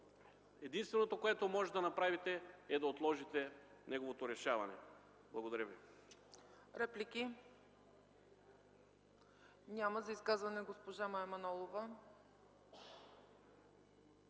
Единственото, което може да направите, е да отложите неговото решаване. Благодаря.